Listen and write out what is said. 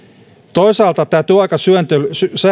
toisaalta tämä työaikasääntely